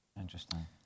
Interesting